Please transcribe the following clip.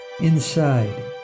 inside